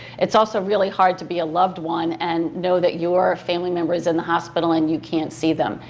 it's also really hard to be a loved one and know that your family member's in the hospital and you can't see them.